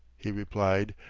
he replied,